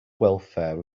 welfare